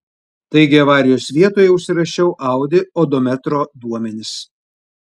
taigi avarijos vietoje užsirašiau audi odometro duomenis